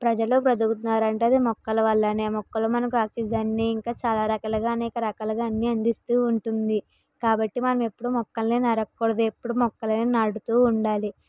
ప్రజలు బ్రతుకుతున్నారు అంటే అది మొక్కల వల్లనే మొక్కలు మనకి ఆక్సిజన్ని ఇంకా చాలా రకాలుగా అనేక రకాలుగా అన్ని అందిస్తూ ఉంటుంది కాబట్టి మనం ఎప్పుడు మొక్కలని నరక కూడదు ఎప్పుడు మొక్కలని నాటుతూ ఉండాలి